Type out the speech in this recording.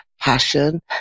passion